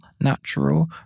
natural